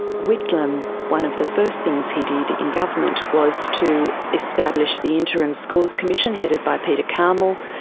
whitlam, one of the first things he did in government was to establish the interim schools commission, headed by peter karmel,